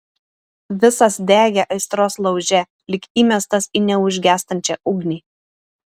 visas degė aistros lauže lyg įmestas į neužgęstančią ugnį